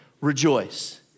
rejoice